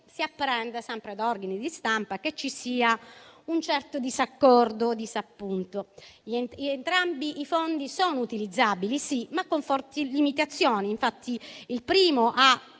si apprende, sempre da organi di stampa, che ci sia un certo disaccordo o disappunto. Entrambi i fondi sono utilizzabili, sì, ma con forti limitazioni, infatti il primo ha